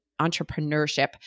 entrepreneurship